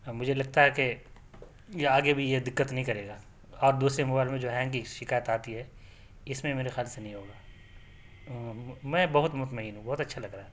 مجھے لگتا ہے کہ یہ آگے بھی یہ دقت نہیں کرے گا آپ دوسرے موبائل میں جو ہینگ کی شکایت آتی ہے اس میں میرے خیال سے نہیں ہوگا میں بہت مطمئین ہوں بہت اچھا لگ رہا ہے